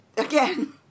Again